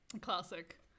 Classic